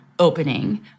opening